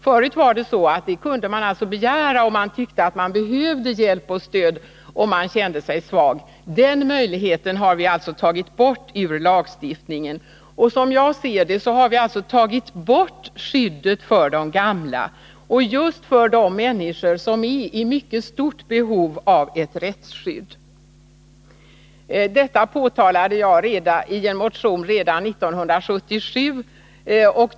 Förut kunde man begära det, om man kände sig svag eller tyckte att man behövde hjälp och stöd. Den möjligheten har vi tagit bort ur lagstiftningen. Som jag ser det har vi därmed tagit bort skyddet för de gamla, just för de människor som är i mycket stort behov av ett rättsskydd. Detta påtalade jag i en motion redan 1977.